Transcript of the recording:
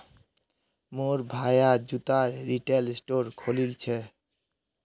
मोर भाया जूतार रिटेल स्टोर खोलील छ